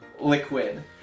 liquid